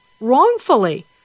wrongfully